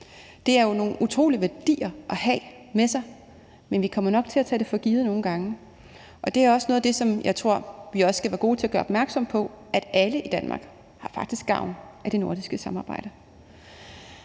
Det er jo nogle utrolige værdier at have med sig, men vi kommer nok til at tage det for givet nogle gange. Det er også noget af det, som jeg tror vi skal være gode til at gøre opmærksom på, altså at alle i Danmark faktisk har gavn af det nordiske samarbejde.